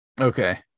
Okay